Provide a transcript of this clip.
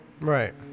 Right